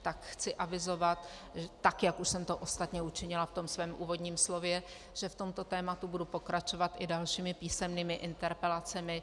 Tak chci avizovat, tak jak už jsem to ostatně učinila ve svém úvodním slově, že v tomto tématu budu pokračovat i dalšími písemnými interpelacemi.